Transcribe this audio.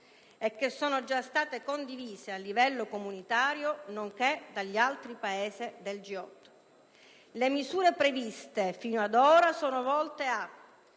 e che sono già state condivise a livello comunitario nonché dagli altri Paesi del G8. Le misure previste fino ad ora sono volte a: